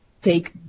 take